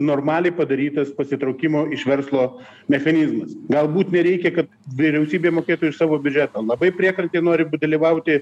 normaliai padarytas pasitraukimo iš verslo mechanizmas galbūt nereikia kad vyriausybė mokėtų iš savo biudžeto labai priekrantė nori dalyvauti